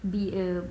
be a